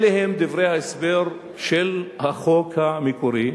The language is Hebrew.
אלו הם דברי ההסבר של החוק המקורי.